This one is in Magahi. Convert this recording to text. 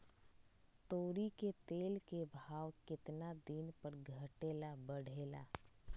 तोरी के तेल के भाव केतना दिन पर घटे ला बढ़े ला?